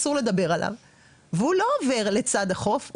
אסור לדבר עליו והוא לא עובר לצד החוף,